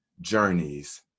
journeys